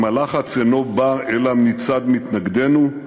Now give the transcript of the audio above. אם הלחץ אינו בא אלא מצד מתנגדינו,